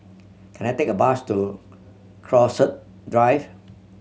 can I take a bus to Drive